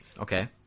Okay